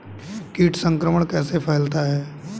कीट संक्रमण कैसे फैलता है?